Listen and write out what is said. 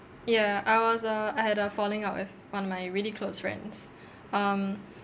ya I was uh I had a falling out with one of my really close friends um